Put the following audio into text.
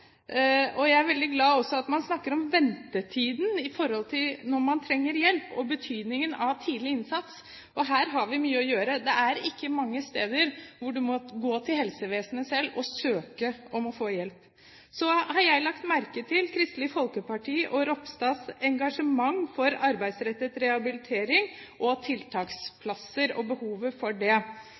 Jeg er også veldig glad for at man snakker om ventetiden når man trenger hjelp, og betydningen av tidlig innsats. Her har vi mye å gjøre. Det er ikke mange steder hvor man må gå til helsevesenet selv og søke om å få hjelp. Så har jeg lagt merke til Kristelig Folkepartis og Ropstads engasjement for arbeidsrettet rehabilitering og tiltaksplasser, og behovet for det.